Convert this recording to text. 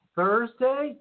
Thursday